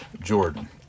Jordan